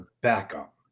backup